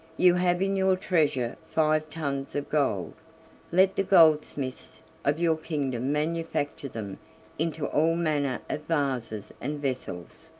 you have in your treasure five tons of gold let the goldsmiths of your kingdom manufacture them into all manner of vases and vessels,